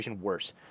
worse